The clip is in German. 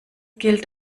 gilt